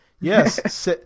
Yes